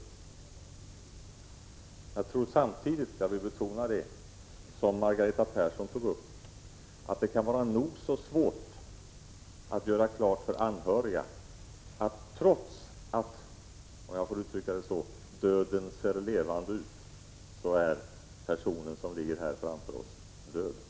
Men jag vill samtidigt betona det som Margareta Persson berörde, nämligen att det kan vara lika svårt att göra klart för anhöriga att trots att — om jag får uttrycka det så — döden ser levande ut är den person som ligger framför dem död.